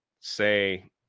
say